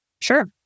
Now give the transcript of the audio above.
Sure